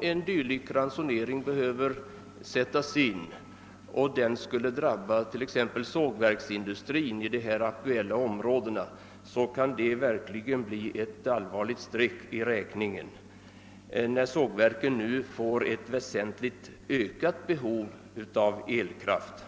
en dylik ransonering behöver sättas in och drabbar t.ex. sågverksrörelsen i de aktuella områdena, kan det bli ett allvarligt streck i räkningen, eftersom sågverken nu får ett väsentligt ökat behov av elkraft.